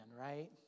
right